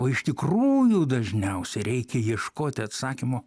o iš tikrųjų dažniausiai reikia ieškoti atsakymo